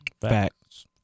Facts